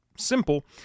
simple